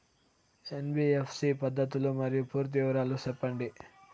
NBFC పద్ధతులు మరియు పూర్తి వివరాలు సెప్పండి?